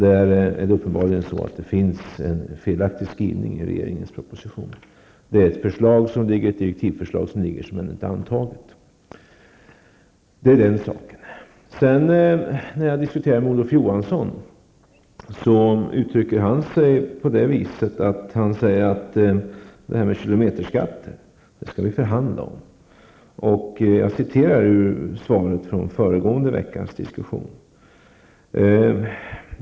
Det är uppenbarligen en felaktig skrivning i regeringens proposition, i ett ännu inte antaget direktivförslag. När jag diskuterar denna fråga med Olof Johansson säger han att vi skall förhandla om kilometerskatten. Jag refererar då till beskedet i föregående veckas diskussion.